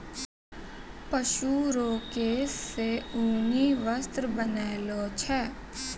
पशु रो केश से ऊनी वस्त्र बनैलो छै